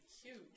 Huge